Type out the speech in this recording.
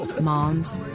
moms